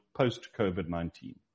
post-COVID-19